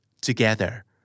together